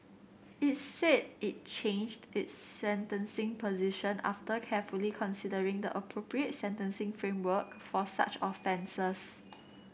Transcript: it said it changed its sentencing position after carefully considering the appropriate sentencing framework for such offences